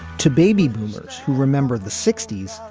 to baby boomers who remember the sixty s.